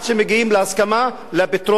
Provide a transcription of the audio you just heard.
לפתרון המיוחל,